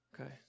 Okay